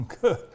good